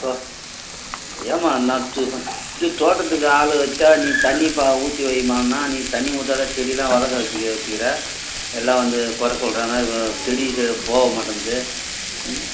தோ ஏம்மா நான் து இது தோட்டத்துக்கு ஆள் வைச்சா நீ தண்ணி ப ஊற்றி வைம்மானால் நீ தண்ணி ஊற்றாத செடியெலாம் வதங்க வச்சு வச்சுக்குற எல்லாம் வந்து குறை சொல்கிறாங்க செடி சைடு போக மாட்டேங்குது ம்